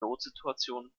notsituationen